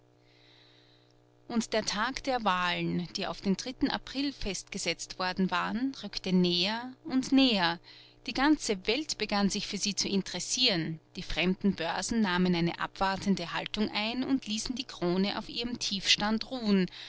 und der tag der wahlen die auf den april festgesetzt worden waren rückte näher und näher die ganze welt begann sich für sie zu interessieren die fremden börsen nahmen eine abwartende haltung ein und ließen die krone auf ihrem tiefstand ruhen